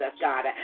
God